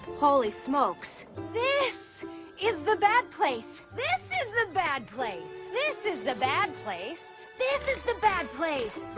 holy smokes. this is the bad place. this is the bad place. this is the bad place. this is the bad place. the